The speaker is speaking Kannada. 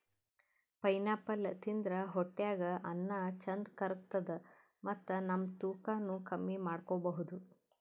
ಪೈನಾಪಲ್ ತಿಂದ್ರ್ ಹೊಟ್ಟ್ಯಾಗ್ ಅನ್ನಾ ಚಂದ್ ಕರ್ಗತದ್ ಮತ್ತ್ ನಮ್ ತೂಕಾನೂ ಕಮ್ಮಿ ಮಾಡ್ಕೊಬಹುದ್